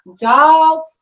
dog